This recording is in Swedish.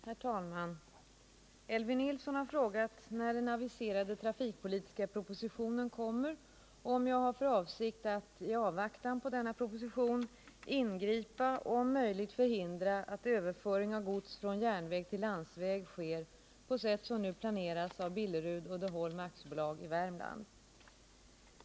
Herr talman! Elvy Nilsson har frågat när den aviserade trafikpolitiska propositionen kommer och om jag har för avsikt att, i avvaktan på denna proposition, ingripa och om möjligt förhindra att överföring av gods från järnväg till landsväg sker på sätt som nu planeras av Billerud-Uddeholm AB i Värmland.